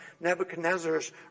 Nebuchadnezzar's